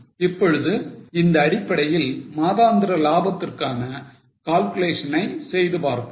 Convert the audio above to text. இப்பொழுது இந்த அடிப்படையில் மாதாந்திர லாபத்திற்கான calculation ஐ செய்து பார்ப்போம்